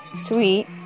Sweet